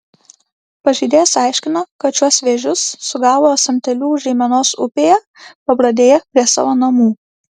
pažeidėjas aiškino kad šiuos vėžius sugavo samteliu žeimenos upėje pabradėje prie savo namų